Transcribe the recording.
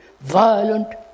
violent